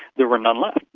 there were none left.